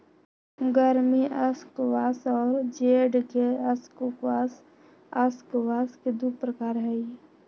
गर्मी स्क्वाश और जेड के स्क्वाश स्क्वाश के दु प्रकार हई